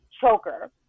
choker